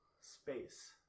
Space